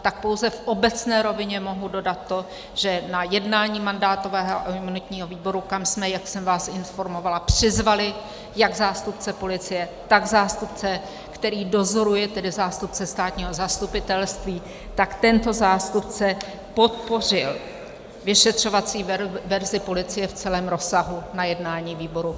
Tak pouze v obecné rovině mohu dodat to, že na jednání mandátového a imunitního výboru, kam jsme, jak jsem vás informovala, přizvali jak zástupce policie, tak zástupce, který dozoruje, tedy zástupce státního zastupitelství, tak tento zástupce podpořil vyšetřovací verzi policie v celém rozsahu na jednání výboru.